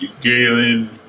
Galen